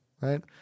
right